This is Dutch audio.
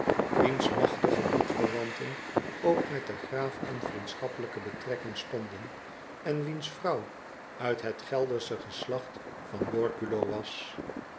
wiens magtige bloedverwanten ook met den graaf in vriendschappelijke betrekking stonden en wiens vrouw uit het geldersche geslacht v a